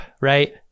right